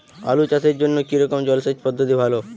আলু চাষের জন্য কী রকম জলসেচ পদ্ধতি ভালো?